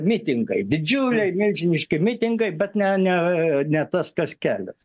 mitingai didžiuliai milžiniški mitingai bet ne ne ne tas kas kelias